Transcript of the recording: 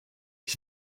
ich